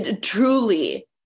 truly